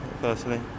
personally